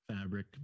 fabric